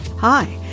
Hi